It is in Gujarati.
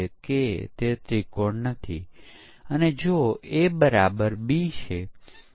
કારણ કે સિસ્ટમ પરીક્ષણ માં આપણે ફક્ત સિસ્ટમના કાર્યાત્મક અને બિન કાર્યાત્મક વર્ણનોની જરૂર છે